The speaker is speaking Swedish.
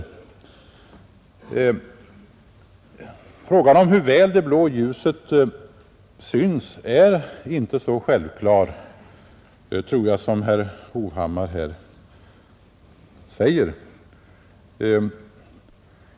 Frågan om hur väl det blå ljuset syns är inte så självklar som herr Hovhammar här säger.